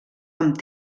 amb